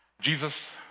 Jesus